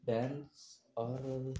dance ஆடுறது